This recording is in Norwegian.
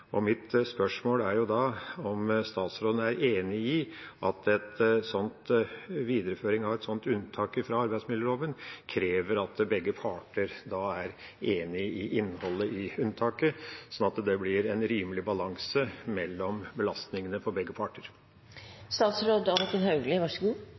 Mitt spørsmål er om statsråden er enig i at en videreføring av et sånt unntak fra arbeidsmiljøloven krever at begge parter er enige i innholdet i unntaket, sånn at det blir en rimelig balanse mellom belastningene på begge